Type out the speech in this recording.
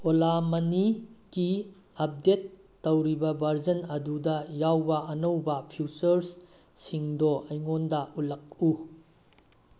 OLA ꯃꯅꯤꯀꯤ update ꯇꯧꯔꯤꯕ version ꯑꯗꯨꯗ ꯌꯥꯎꯕ ꯑꯅꯧꯕ ꯐꯤꯆꯔꯁ ꯁꯤꯡꯗꯣ ꯑꯩꯉꯣꯟꯗ ꯎꯠꯂꯛꯎ